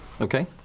Okay